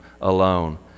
alone